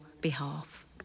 behalf